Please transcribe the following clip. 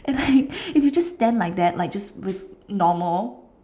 and like if you just stand like that like just normal